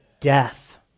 Death